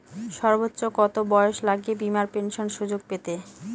সর্বোচ্চ কত বয়স লাগে বীমার পেনশন সুযোগ পেতে?